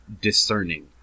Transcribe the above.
discerning